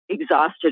exhausted